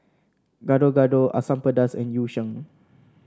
Gado Gado Asam Pedas and Yu Sheng